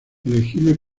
elegible